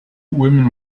women